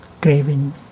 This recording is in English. craving